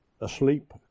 asleep